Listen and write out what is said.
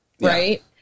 Right